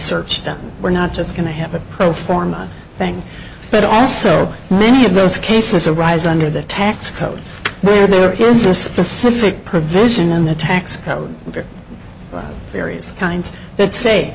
search that we're not just going to have a pro forma thing but also many of those cases arise under the tax code where there is a specific provision in the tax code for various kinds that say